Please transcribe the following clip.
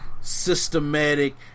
systematic